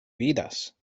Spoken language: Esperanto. vidas